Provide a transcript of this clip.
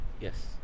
Yes